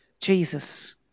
Jesus